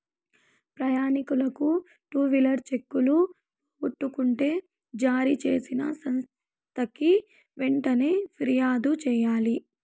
ప్రయాణికులు ట్రావెలర్ చెక్కులు పోగొట్టుకుంటే జారీ చేసిన సంస్థకి వెంటనే ఫిర్యాదు చెయ్యాలి